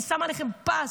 אני שמה עליכם פס.